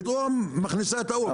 פתאום מכניסה את ה-Uber,